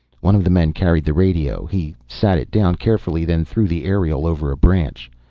one of the men carried the radio. he sat it down carefully, then threw the aerial over a branch.